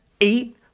eight